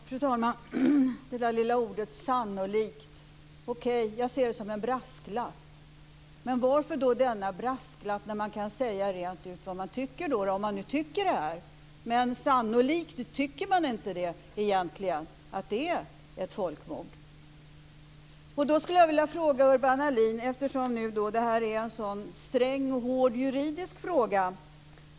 Fru talman! Jag ser det lilla ordet "sannolikt" som en brasklapp. Varför denna brasklapp när man kan säga rent ut vad man tycker? Sannolikt tycker man egentligen inte att det är ett folkmord. Urban Ahlin säger att detta är en strängt juridisk fråga.